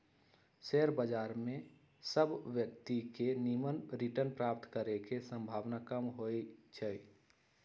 share बजार में सभ व्यक्तिय के निम्मन रिटर्न प्राप्त करे के संभावना कम होइ छइ